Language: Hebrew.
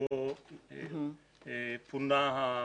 שבו פונה ה-,